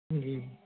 ਜੀ